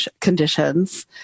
conditions